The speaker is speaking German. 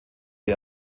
die